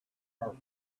are